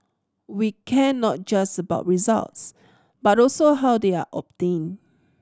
we care not just about results but also how they are obtained